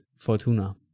Fortuna